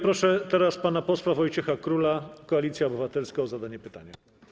Proszę teraz pana posła Wojciecha Króla, Koalicja Obywatelska, o zadanie pytania.